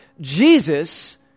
Jesus